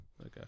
Okay